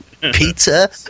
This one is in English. Pizza